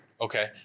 Okay